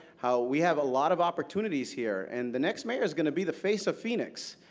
how we have a lot of opportunities here. and the next mayor is going to be the face of phoenix.